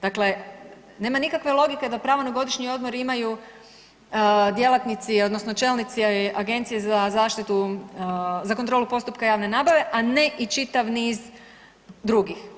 Dakle, nema nikakve logike da pravo na godišnji odmor imaju djelatnici odnosno čelnici Agencije za zaštitu, za kontrolu postupka javne nabave, a ne i čitav niz drugih.